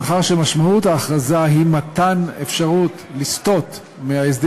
מאחר שמשמעות ההכרזה היא מתן אפשרות לסטות מההסדר